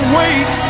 wait